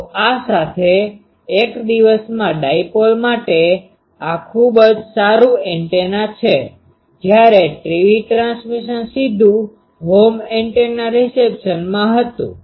તો આ સાથે એક દિવસમાં ડાઈપોલ માટે આ ખૂબ જ સારું એન્ટેના છે જ્યારે ટીવી ટ્રાન્સમિશન સીધું હોમ એન્ટેના રિસેપ્શનમાં હતું